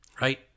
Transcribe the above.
right